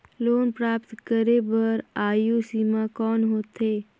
Loan प्राप्त करे बर आयु सीमा कौन होथे?